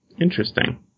Interesting